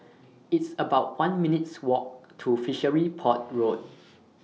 It's about one minutes' Walk to Fishery Port Road